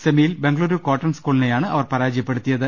സെമിയിൽ ബെംഗളുരു കോട്ടൺ സ്കൂളിനെയാണ് അവർ പുരാജയപ്പെടുത്തിയത്